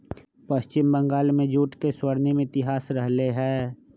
पश्चिम बंगाल में जूट के स्वर्णिम इतिहास रहले है